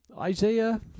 Isaiah